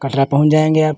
कटरा पहुँच जाएँगे आप